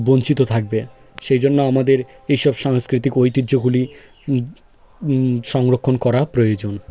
বঞ্চিত থাকবে সেই জন্য আমাদের এই সব সাংস্কৃতিক ঐতিহ্যগুলি সংরক্ষণ করা প্রয়োজন